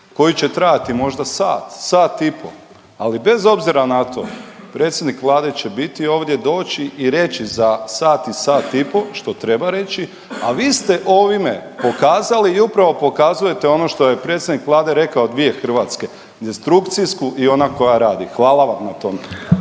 koji će trajati možda sat, sat i pol. Ali bez obzira na to predsjednik Vlade će biti ovdje, doći i reći za sat i sat i pol što treba reći, a vi ste ovime pokazali i upravo pokazujete ono što je predsjednik Vlade rekao dvije Hrvatske – destrukcijsku i ona koja radi. Hvala vam na tome.